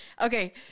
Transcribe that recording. Okay